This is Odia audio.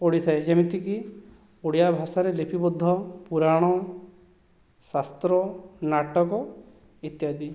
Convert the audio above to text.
ପଡ଼ିଥାଏ ଯେମିତି କି ଓଡ଼ିଆ ଭାଷାରେ ଲିପି ବଦ୍ଧ ପୁରାଣ ଶାସ୍ତ୍ର ନାଟକ ଇତ୍ୟାଦି